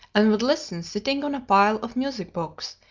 and would listen, sitting on a pile of music-books,